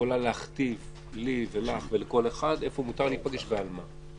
יכולה להכתיב לי ולך ולכל אחד איפה מותר להיפגש ועל מה.